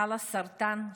חלאסרטן,